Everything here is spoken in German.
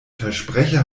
versprecher